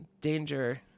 danger